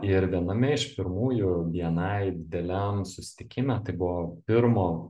ir viename iš pirmųjų bni dideliam susitikime tai buvo pirmo